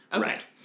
right